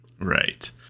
right